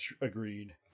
Agreed